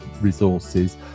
resources